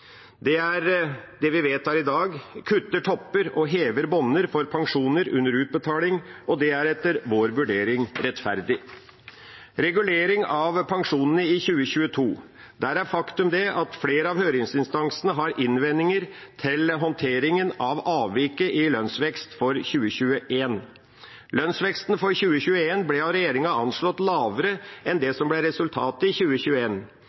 Det vi vedtar i dag, kutter topper og hever bunner for pensjoner under utbetaling, og det er etter vår vurdering rettferdig. Når det gjelder regulering av pensjonene i 2022, er faktumet at flere av høringsinstansene har innvendinger til håndteringa av avviket i lønnsvekst for 2021. Lønnsveksten for 2021 ble av regjeringa anslått lavere enn det som ble resultatet i